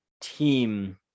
team